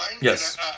yes